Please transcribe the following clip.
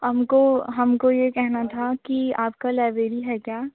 हमको हमको यह कहना था कि आपका लाइब्रेरी है क्या